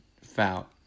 Foul